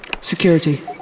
Security